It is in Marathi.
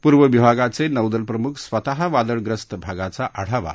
पूर्व विभागाचे नौदल प्रमुख स्वतः वादळग्रस्त भागाचा आढावा घेत आहेत